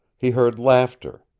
he heard laughter.